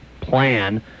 plan